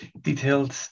detailed